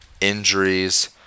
injuries